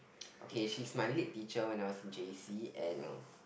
okay she's my lead teacher when I was in j_c and